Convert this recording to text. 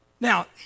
now